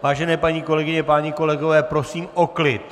Vážené paní kolegyně, páni kolegové, prosím o klid.